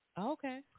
Okay